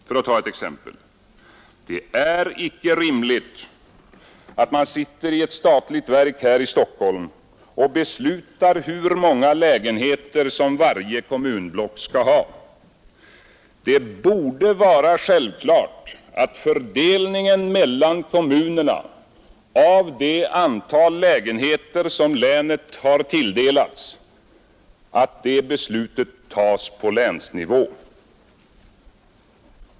För att ta ett exempel: det är icke rimligt att man sitter i ett statligt verk här i Stockholm och beslutar om hur många lägenheter varje kommunblock skall ha. Det borde vara självklart att fördelningen mellan kommunerna av det antal lägenheter som länet har tilldelats beslutades på länsnivå.